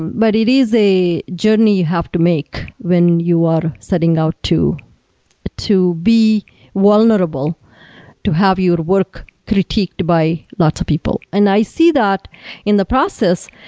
but it is a journey you have to make when you are setting out to to be vulnerable to have your ah work critiqued by lots of people. and i see that in the process.